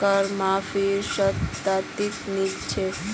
कर माफीर स्थितित नी छोक